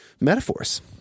metaphors